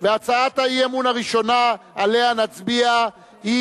הצעת אי-האמון הראשונה שעליה נצביע היא